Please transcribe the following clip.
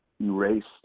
erased